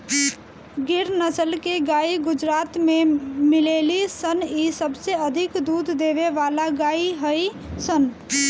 गिर नसल के गाई गुजरात में मिलेली सन इ सबसे अधिक दूध देवे वाला गाई हई सन